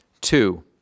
Two